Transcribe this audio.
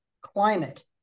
climate